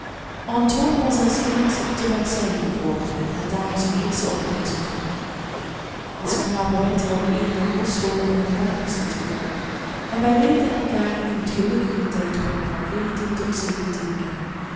antoine was als kind te marseille gekomen en had daar zijn eerste onderwijs ontvangen als knaap werd hij op een der kostscholen in mijn vaderstad gedaan en wij leerden elkaar in het gelukkige tjjdperk van veertien tot zeventien kennen